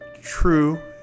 true